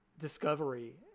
discovery